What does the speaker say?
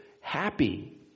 happy